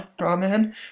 Rahman